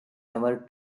never